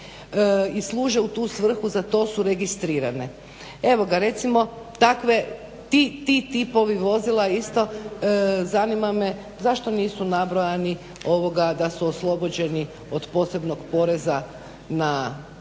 i služe u tu svrhu. Za to su registrirane. Evo ga, recimo takve, ti tipovi vozila isto zanima me zašto nisu nabrojani da su oslobođeni od posebnog poreza na